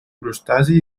crustacis